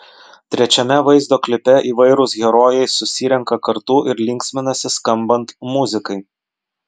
trečiame vaizdo klipe įvairūs herojai susirenka kartu ir linksminasi skambant muzikai